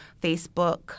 Facebook